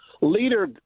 Leader